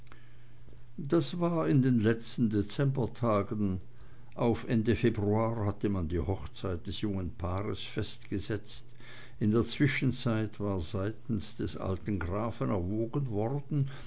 das war in den letzten dezembertagen auf ende februar hatte man die hochzeit des jungen paares festgesetzt in der zwischenzeit war seitens des alten grafen erwogen worden